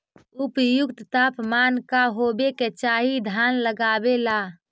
उपयुक्त तापमान का होबे के चाही धान लगावे ला?